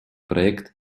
проект